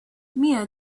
mia